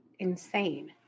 Insane